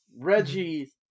Reggie